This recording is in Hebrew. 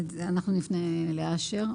נפנה לאשר.